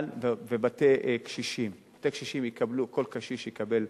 בבתי-קשישים, כל קשיש יקבל,